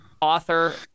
Author